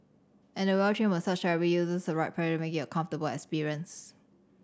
and the well trained massage therapist uses the right pressure to make it a comfortable experience